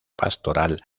pastoral